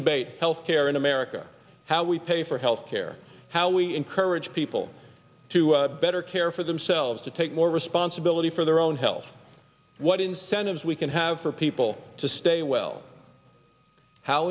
debate health care in america how we pay for health care how we encourage people to better care for themselves to take more responsibility for their own health what incentives we can have for people to stay well how